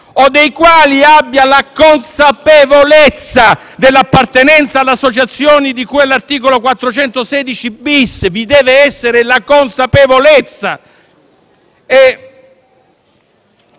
o dei quali si abbia la consapevolezza dell'appartenenza alle associazioni di cui all'articolo 416-*bis* (vi dev'essere la consapevolezza).